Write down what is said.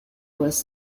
west